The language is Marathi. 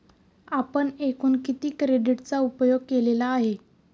आपण एकूण किती क्रेडिटचा उपयोग केलेला आहे?